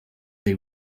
they